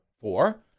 Four